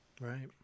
Right